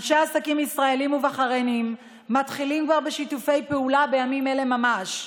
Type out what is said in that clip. אנשי עסקים ישראלים ובחריינים מתחילים בשיתופי פעולה כבר בימים אלה ממש.